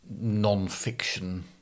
non-fiction